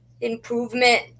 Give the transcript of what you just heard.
improvement